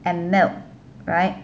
and milk right